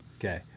Okay